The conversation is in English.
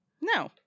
No